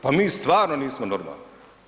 Pa mi stvarno nismo normalni.